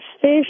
fish